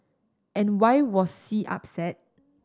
and why was C upset